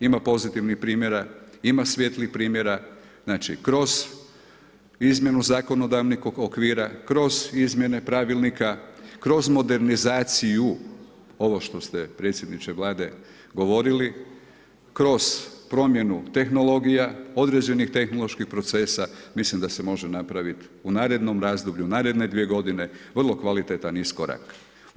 Ima pozitivnih primjera, ima svjetlijih primjera, znači kroz izmjenu zakonodavnih okvira, kroz izmjene pravilnika, kroz modernizaciju, ovo što ste predsjedniče Vlade govorili, kroz promjenu tehnologija, određenih tehnoloških procesa, mislim da se može napraviti u naredanom razdoblju, naredne 2 g. vrlo kvalitetan iskorak.